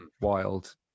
wild